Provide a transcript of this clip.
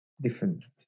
different